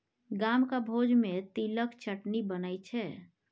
गामक भोज मे तिलक चटनी बनै छै